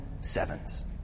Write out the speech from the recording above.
sevens